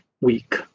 week